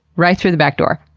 right through the backdoor.